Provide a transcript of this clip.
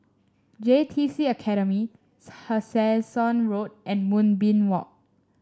J T C Academy Tessensohn Road and Moonbeam Walk